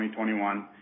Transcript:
2021